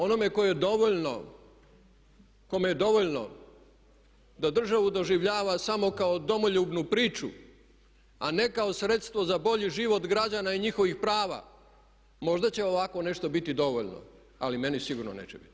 Onome kome je dovoljno da državu doživljava samo kao domoljubnu priču a ne kao sredstvo za bolji život građana i njihovih prava možda će ovakvo nešto biti dovoljno, ali meni sigurno neće biti.